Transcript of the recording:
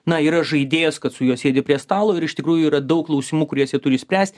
na yra žaidėjas kad su juo sėdi prie stalo ir iš tikrųjų yra daug klausimų kuries jie turi išspręst